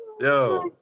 Yo